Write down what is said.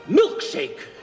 milkshake